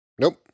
Nope